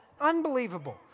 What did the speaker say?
Unbelievable